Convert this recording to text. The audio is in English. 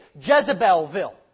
Jezebelville